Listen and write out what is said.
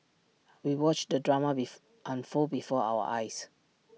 we watched the drama be unfold before our eyes